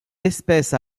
espèces